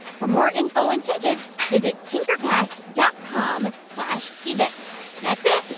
for more info and tickets, visit tinkercast dot com slash events. that's it.